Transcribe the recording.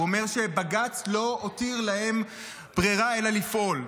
הוא אומר שבג"ץ לא הותיר להם ברירה אלא לפעול.